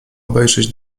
obejrzeć